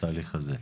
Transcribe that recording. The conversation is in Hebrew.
בתהליך הזה?